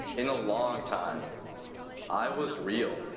in a long time i was real.